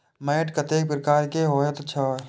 मैंट कतेक प्रकार के होयत छै?